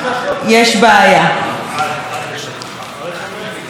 היא התמנתה למשרד התרבות,